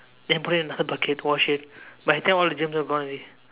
then put it in another bucket wash it by the time all the germs are gone already